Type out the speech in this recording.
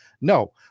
No